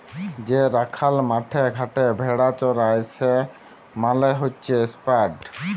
যে রাখাল মাঠে ঘাটে ভেড়া চরাই সে মালে হচ্যে শেপার্ড